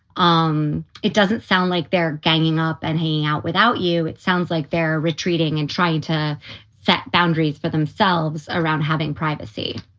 um it doesn't sound like they're ganging up and hanging out without you. it sounds like they're retreating and trying to set boundaries for themselves around having privacy,